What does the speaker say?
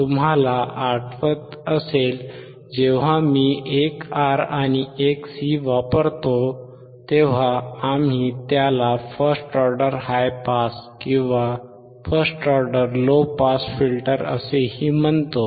तुम्हाला आठवत असेल जेव्हा आम्ही एक R आणि एक C वापरतो तेव्हा आम्ही त्याला फर्स्ट ऑर्डर हाय पास किंवा first order low pass filter असेही म्हणतो